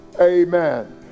Amen